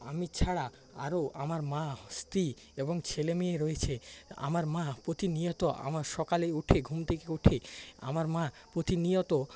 আমি ছাড়া আরও আমার মা স্ত্রী এবং ছেলেমেয়ে রয়েছে আমার মা প্রতিনিয়ত আমার সকালে উঠেই ঘুম থেকে উঠেই আমার মা প্রতিনিয়ত